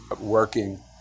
working